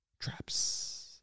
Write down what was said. traps